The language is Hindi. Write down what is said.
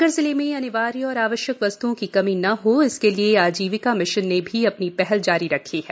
सागर जिले में अनिवार्य और आवश्यक वस्त्ओं की कमी न हो इसके लिए आजीविका मिशन ने भी अपनी पहल जारी रखी है